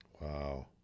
Wow